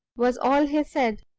was all he said.